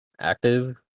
active